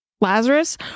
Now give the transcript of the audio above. Lazarus